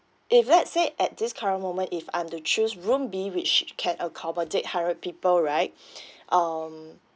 if let's say at this current moment if I'm to choose room be which it can accommodate hundred people right um